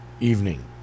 evening